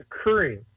occurring